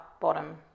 bottom